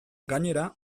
gainera